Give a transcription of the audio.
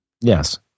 Yes